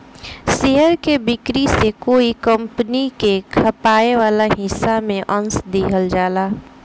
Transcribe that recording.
share के बिक्री से कोई कंपनी के खपाए वाला हिस्सा में अंस दिहल जाला